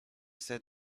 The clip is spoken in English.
said